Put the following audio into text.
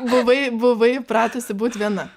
buvai buvai pratusi būt viena